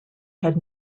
had